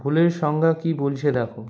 ভুলের সংজ্ঞা কী বলছে দেখ